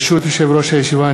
ברשות יושב-ראש הישיבה,